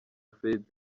fred